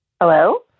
Hello